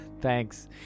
Thanks